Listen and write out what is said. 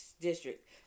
district